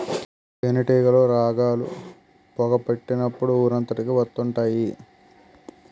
తేనేటీగలు రాగాలు, పొగ పెట్టినప్పుడు ఊరంతకి వత్తుంటాయి